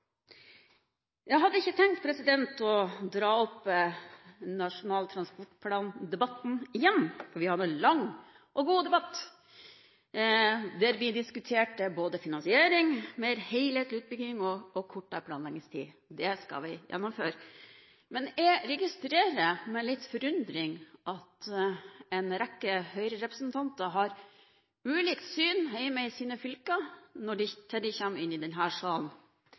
Jeg hadde ikke tenkt å dra opp Nasjonal transportplan-debatten igjen, for vi hadde en lang og god debatt der vi diskuterte både finansiering, mer helhetlig utbygging og kortere planleggingstid. Det skal vi gjennomføre. Men jeg registrerer med litt forundring at en rekke Høyre-representanter har ulikt syn hjemme i sine fylker og når de kommer inn i denne salen. Det har jeg registrert i mitt eget hjemfylke, og det har jeg også registrert fra talerstolen her